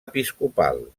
episcopal